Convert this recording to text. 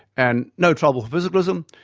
and no trouble for physicalism,